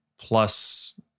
Plus